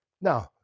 Now